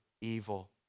evil